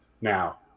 now